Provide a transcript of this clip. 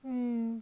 mm